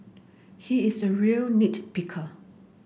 he is a real nit picker